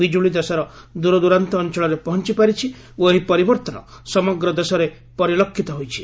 ବିଜୁଳି ଦେଶର ଦୂରଦୂରାନ୍ତ ଅଞ୍ଚଳରେ ପହଞ୍ଚ ପାରିଛି ଓ ଏହି ପରିବର୍ତ୍ତନ ସମଗ୍ର ଦେଶରେ ପରିଲକ୍ଷିତ ହୋଇଛି